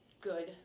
good